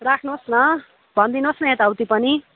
राख्नुहोस् न भनिदिनुहोस् न यता उति पनि